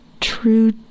true